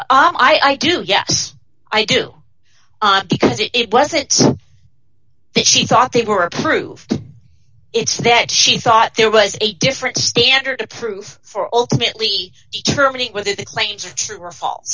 court i do yes i do because it wasn't that she thought they were approved it's that she thought there was a different standard of proof for ultimately determining whether the claims are true or fa